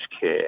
care